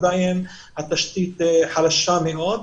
עדיין התשתית חלשה מאוד.